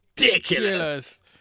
ridiculous